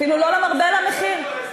אפילו לא למרבה במחיר,